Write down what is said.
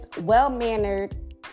well-mannered